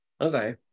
Okay